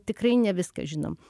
tikrai ne viską žinom